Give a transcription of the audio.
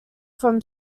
from